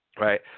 Right